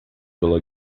pela